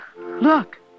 Look